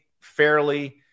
fairly